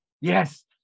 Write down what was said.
yes